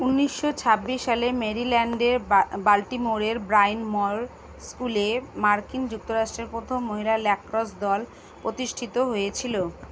উনিশশো ছাব্বিশ সালে মেরিল্যান্ডের বাল্টিমোরের ব্রাইন মর স্কুলে মার্কিন যুক্তরাষ্ট্রের প্রথম মহিলা ল্যাক্রস দল প্রতিষ্ঠিত হয়েছিলো